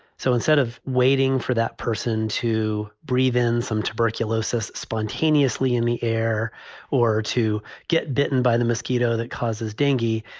so instead of waiting for that person to breathe in some tuberculosis spontaneously in the air or to get bitten by the mosquito that causes dinghy,